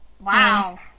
Wow